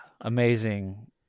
amazing